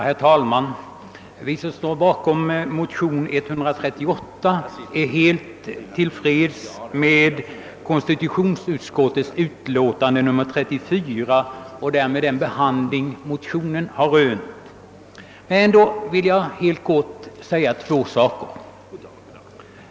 Herr talman! Vi som står bakom motionen nr 138 i denna kammare är helt till freds med konstitutionsutskottets utlåtande nr 34 samt med den behandling motionen har rönt. Ändock vill jag helt kort ta upp ett par saker.